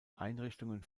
einrichtungen